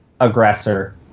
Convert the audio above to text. aggressor